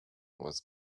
was